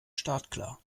startklar